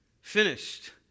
finished